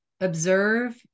observe